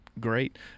great